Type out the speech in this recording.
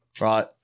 Right